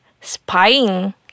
spying